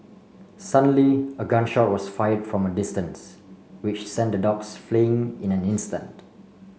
suddenly a gun shot was fired from distance which sent the dogs fleeing in an instant